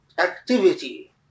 Activity